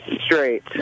straight